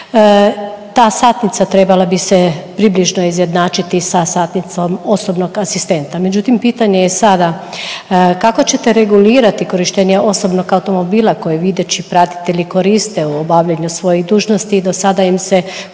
Ta satnica trebala bi se približno izjednačiti sa satnicom osobonog asistenta, međutim, pitanje je sada kako ćete regulirati korištenje osobnog automobila koje videći pratitelji koriste u obavljanju svojih dužnosti i do sada im se korištenje